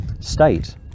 state